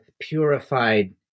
purified